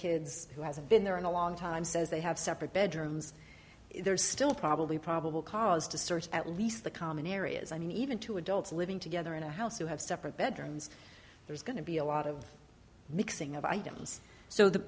kids who hasn't been there in a long time says they have separate bedrooms there's still probably probable cause to search at least the common areas i mean even two adults living together in a house who have separate bedrooms there's going to be a lot of mixing of items so the